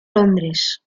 londres